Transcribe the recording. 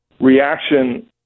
reaction